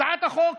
הצעת החוק